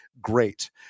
great